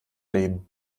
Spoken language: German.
leben